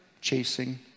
chasing